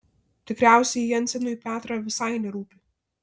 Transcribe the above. tikriausiai jensenui petrą visai nerūpi